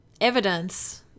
evidence